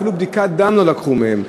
אפילו בדיקת דם לא לקחו מהם.